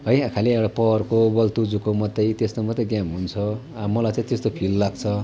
है खालि एउटा पावरको बल तुजुकको मात्रै त्यस्तो मात्रै गेम हुन्छ मलाई चाहिँ त्यस्तो घिन लाग्छ